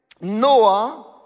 Noah